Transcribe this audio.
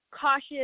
cautious